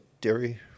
dairy